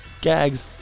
gags